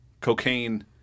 cocaine